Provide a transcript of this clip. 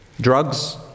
Drugs